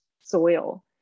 soil